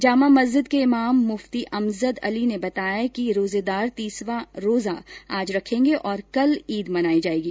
जामा मस्जिद के इमाम मुफ्ती अमजद अली ने बताया कि आज रोजेदार तीसवां रोजा रखेंगे और कल ईद मनाई जाएगी